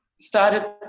started